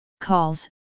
calls